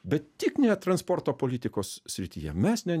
bet tik ne transporto politikos srityje mes ne